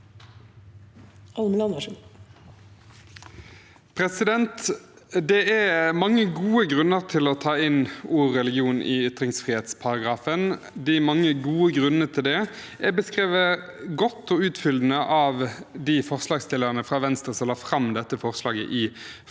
Det er mange gode grunner til å ta inn ordet «religion» i ytringsfrihetsparagrafen. De mange gode grunnene til det er beskrevet godt og utfyllende av de forslagsstillerne fra Venstre som la fram dette forslaget i forrige